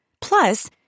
Plus